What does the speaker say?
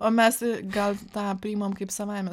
o mes gal tą priimam kaip savaime